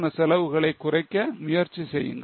PV ratio வை கணக்கிட முயற்சி செய்வோம்